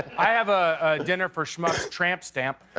i have a dinner for schmucks tramp stamp.